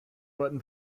button